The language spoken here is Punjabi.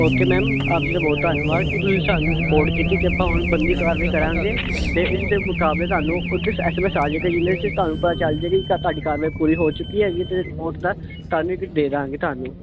ਓਕੇ ਮੈਮ ਆਪ ਜੀ ਦਾ ਬਹੁਤ ਧੰਨਵਾਦ ਕਿ ਤੁਸੀਂ ਸਾਨੂੰ ਰਿਪੋਰਟ ਕੀਤੀ ਤੇ ਆਪਾਂ ਹੁਣ ਬਣਦੀ ਕਾਰਵਾਈ ਕਰਾਂਗੇ ਤੇ ਇਸ ਦੇ ਮੁਕਾਬਲੇ ਤੁਹਾਨੂੰ ਨੋਟਿਸ ਐਸ ਐਮ ਐਸ ਆ ਜਾਏਗਾ ਜਿਹਦੇ ਚ ਤੁਹਾਨੂੰ ਪਤਾ ਚਲ ਜਾਏਗੀ ਤੁਹਾਡੀ ਕਾਰਵਾਈ ਪੂਰੀ ਹੋ ਚੁੱਕੀ ਹੈਗੀ ਤੇ ਵੋਟ ਦਾ ਥਾਨੂੰ ਇੱਕ ਦੇ ਦਾਂਗੇ ਤੁਹਾਨੂੰ